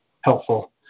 helpful